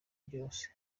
byose